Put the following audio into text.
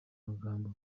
magambo